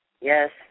Yes